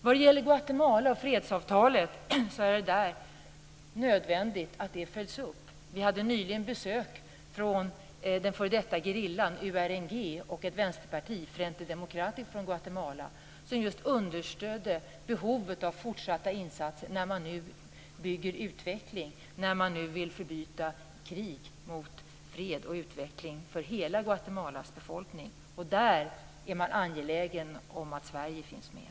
Vad det gäller Guatemala och fredsavtalet är det nödvändigt att detta följs upp. Vi hade nyligen besök från den f.d. gerillan, URNG, och ett vänsterparti, Frente Democrático, från Guatemala, som just understödde behovet av fortsatta insatser när man nu vill byta krig mot fred och utveckling för hela Guatemalas befolkning. Där är man angelägen om att Sverige finns med.